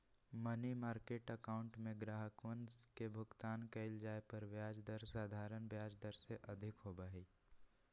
money market account में ग्राहकवन के भुगतान कइल जाये पर ब्याज दर साधारण ब्याज दर से अधिक होबा हई